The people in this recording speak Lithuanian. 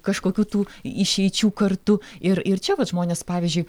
kažkokių tų išeičių kartu ir ir čia vat žmonės pavyzdžiui